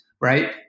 right